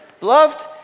Loved